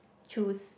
choose